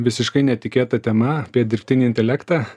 visiškai netikėta tema apie dirbtinį intelektą